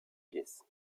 pièces